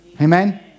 Amen